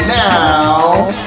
now